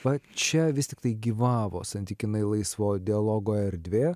va čia vis tiktai gyvavo santykinai laisvo dialogo erdvė